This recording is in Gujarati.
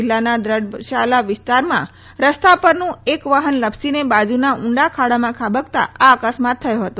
જિલ્લાના દ્રબશાલા વિસ્તારમાં રસ્તા પરનું એક વાહન લપસીને બાજુમાં ઉંડા ખાડામાં ખાબકતાં આ અકસ્માત થયો હતો